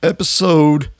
Episode